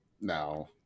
No